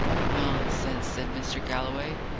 nonsense! said mr. galloway.